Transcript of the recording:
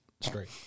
straight